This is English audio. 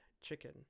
chicken